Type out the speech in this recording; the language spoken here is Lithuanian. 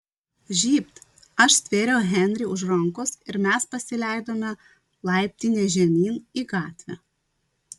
žybt aš stvėriau henrį už rankos ir mes pasileidome laiptine žemyn į gatvę